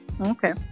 Okay